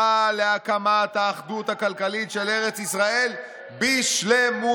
להקמת האחדות הכלכלית של ארץ ישראל בשלמותה".